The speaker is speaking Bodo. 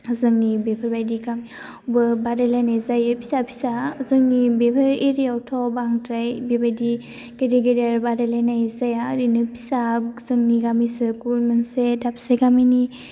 जोंनि बेफोबायदि गामियावबो बादायलायनाय जायो फिसा फिसा जोंनि बेफोर एरियायावथ' बांद्राय बेबायदि गेदेर गेदेर बादायलायनाय जाया ओरैनो फिसा जोंनि गामिसो गुबुन मोनसे दाबसे गामिनि